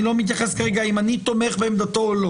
לא מתייחס כרגע אם אני תומך בעמדתו או לא